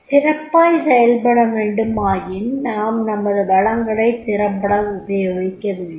சிறப்பாய் செயல்படவேண்டுமாயின் நாம் நமது வளங்களைத் திறம்பட உபயோகிக்கவேண்டும்